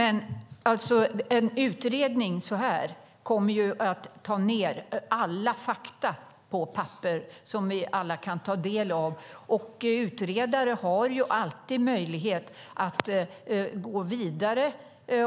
Herr talman! En utredning kommer att ta med alla fakta på papper som vi alla kan ta del av. Utredare har alltid möjlighet att gå vidare